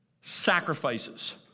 sacrifices